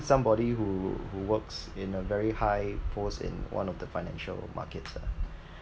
somebody who who works in a very high post in one of the financial markets ah